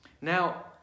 Now